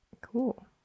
Cool